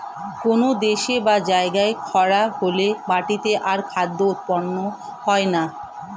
কোন দেশে বা জায়গায় খরা হলে মাটিতে আর খাদ্য উৎপন্ন হয় না